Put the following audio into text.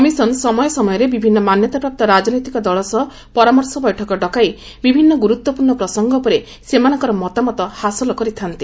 commission ସମୟ ସମୟରେ ବିଭିନ୍ନ ମାନ୍ୟତାପ୍ରାପ୍ତ ରାଜନୈତିକ ଦଳ ସହ ପରାମର୍ଶ ବୈଠକ ଡକାଇ ବିଭିନ୍ନ ଗୁରୁତ୍ୱପୂର୍ଣ୍ଣ ପ୍ରସଙ୍ଗ ଉପରେ ସେମାନଙ୍କର ମତାମତ ହାସଲ କରିଥାଆନ୍ତି